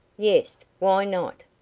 yes why not?